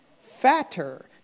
fatter